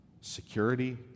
security